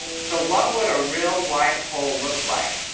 so what would a real white hole look like?